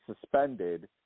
suspended